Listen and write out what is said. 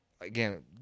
again